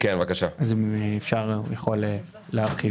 מנהל תחום